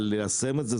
אבל ליישם את זה,